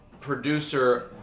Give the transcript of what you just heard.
producer